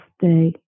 day